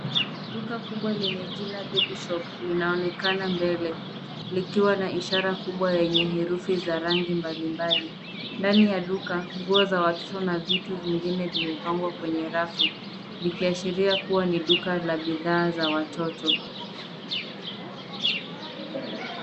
Duka kubwa lenye jina babyshop ,linaonekana mbele likiwa na ishara kubwa yenye herufi za rangi mbalimbali. Ndani ya duka, nguo za watoto na vitu vingine vimepangwa kwenye rafu vikiashiria kuwa ni duka la bidhaa za watoto.